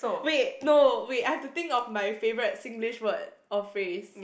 wait no wait I have to think of my favourite Singlish word or phrase